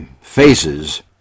faces